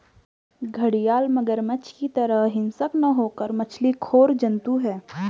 घड़ियाल मगरमच्छ की तरह हिंसक न होकर मछली खोर जंतु है